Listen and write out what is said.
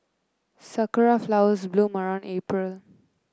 sakura flowers bloom around April